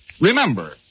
Remember